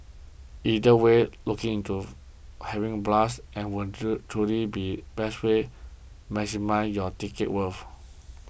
either way looking to having a blast and will truly be the best way to maximising your ticket's worth